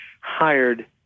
hired